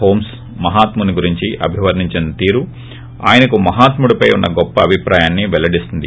హోమస్ మహాత్ముడి గురించి అభివర్లించిన తీరు ఆయనకు మహాత్ముడిపై ఉన్న గొప్ప అభిప్రాయాన్ని పెల్లడిస్తుంది